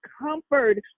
comfort